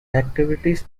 activities